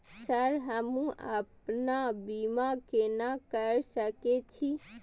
Sir हमू अपना बीमा केना कर सके छी?